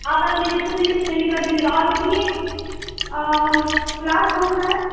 آپ اپلیکیشن لِکھ کے سینڈ کر دیجیے گا اور سُنیے کلاس کون سا ہے